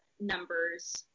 numbers